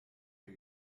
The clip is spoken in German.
der